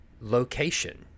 location